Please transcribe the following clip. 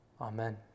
Amen